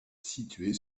située